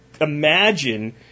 imagine